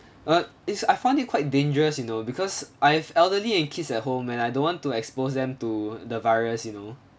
uh it's I find it quite dangerous you know because I've elderly and kids at home and I don't want to expose them to the virus you know